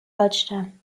holstein